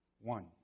one